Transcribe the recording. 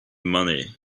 money